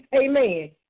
amen